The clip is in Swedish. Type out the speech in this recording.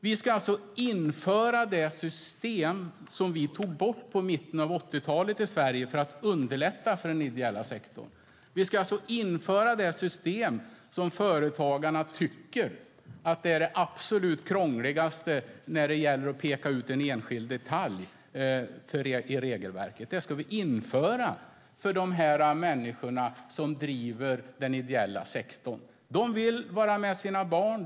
Vi ska alltså införa det system som vi i Sverige i mitten av 80-talet tog bort för att underlätta för den ideella sektorn - det system som företagarna tycker är absolut krångligast när det gäller att peka ut en enskild detalj i regelverket. Detta system ska vi alltså införa! Men de människor som driver den ideella sektorn vill vara tillsammans med sina barn.